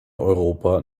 europa